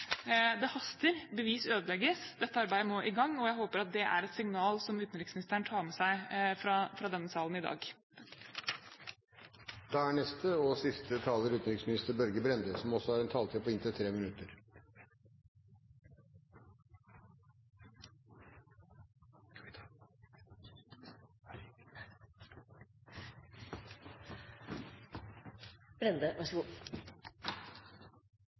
Det haster. Bevis ødelegges. Dette arbeidet må i gang, og jeg håper det er et signal som utenriksministeren tar med seg fra denne salen i dag. Det synes å være bred politisk enighet i Norge om at den gruppen som vi i dag har diskutert, har krav på